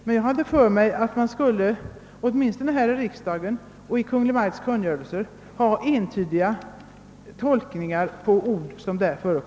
Men jag hade för mig att man åtminstone när det gäller besluten här i riksdagen och Kungl. Maj:ts kungörelser skall ha en entydig tolkning av orden.